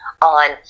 on